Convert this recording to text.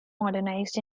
modernised